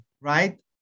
right